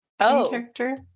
character